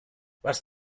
was